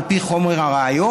על פי חומר הראיות,